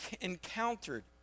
Encountered